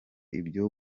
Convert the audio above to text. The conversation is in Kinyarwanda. ibyo